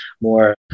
more